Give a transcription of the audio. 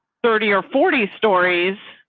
thirty or forty stories,